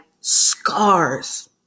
scars